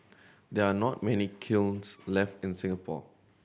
there are not many kilns left in Singapore